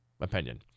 opinion